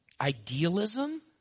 idealism